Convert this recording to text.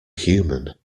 human